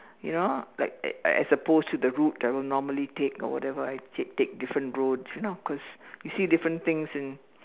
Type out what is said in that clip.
you know like uh as opposed to the route I will normally take or whatever I take different roads you know cause you see different things and